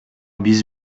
биз